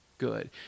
Good